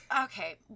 okay